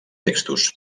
textos